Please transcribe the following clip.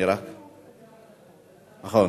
נכון.